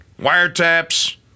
wiretaps